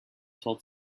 told